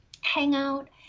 Hangout